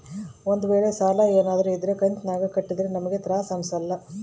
ಒಂದ್ವೇಳೆ ಸಾಲ ಏನಾದ್ರೂ ಇದ್ರ ಕಂತಿನಾಗ ಕಟ್ಟಿದ್ರೆ ನಮ್ಗೂ ತ್ರಾಸ್ ಅಂಸಲ್ಲ